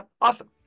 Awesome